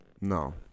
No